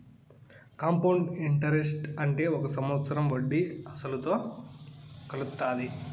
compound interest అంటే ఒక సంవత్సరం వడ్డీ అసలుతో కలుత్తాది